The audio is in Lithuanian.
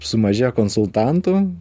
sumažėjo konsultantų